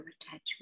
attachment